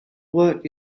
work